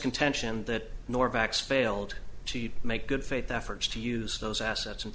contention that nor backs failed she'd make good faith efforts to use those assets and